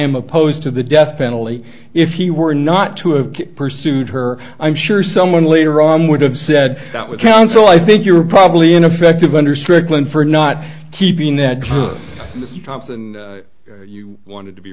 am opposed to the death penalty if he were not to have pursued her i'm sure someone later on would have said that with counsel i think you're probably in effect of under strickland for not keeping that thompson you wanted to be